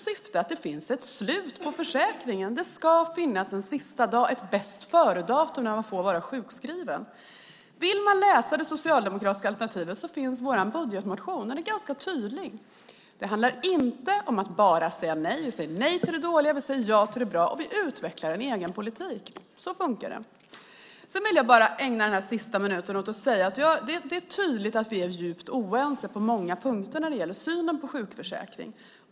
Syftet är att det finns ett slut på försäkringen. Det ska finnas en sista dag, ett bästföredatum, för när man får vara sjukskriven. Vill man läsa det socialdemokratiska alternativet finns vår budgetmotion. Den är ganska tydlig. Det handlar inte om att bara säga nej. Vi säger nej till det dåliga, ja till det bra, och vi utvecklar en egen politik. Så fungerar det. Jag vill ägna den sista minuten av talartiden till att säga följande. Det är tydligt att vi är djupt oense på många punkter när det gäller synen på sjukförsäkring.